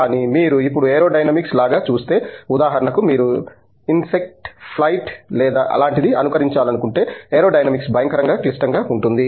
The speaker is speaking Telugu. కానీ మీరు ఇప్పుడు ఏరోడైనమిక్స్ లాగా చూస్తే ఉదాహరణకు మీరు ఇన్సెక్ట్ ఫ్లైట్ లేదా అలాంటిదే అనుకరించాలనుకుంటే ఏరోడైనమిక్స్ భయంకరంగా క్లిష్టంగా ఉంటుంది